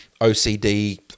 OCD